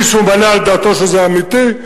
מישהו מעלה על דעתו שזה אמיתי?